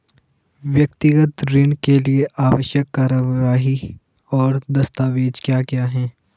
व्यक्तिगत ऋण के लिए आवश्यक कार्यवाही और दस्तावेज़ क्या क्या हैं?